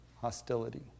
hostility